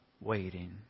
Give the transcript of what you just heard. waiting